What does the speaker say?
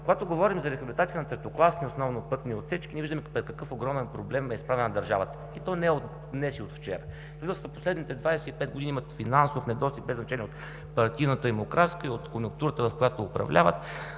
Когато говорим за рехабилитация на третокласни и основни пътни отсечки, ние виждаме какъв огромен проблем е изправен пред държавата, и то не от днес и от вчера. За последните 25 години има финансов недостиг, без значение от партийната им украска и от конюнктурата, в която управлява,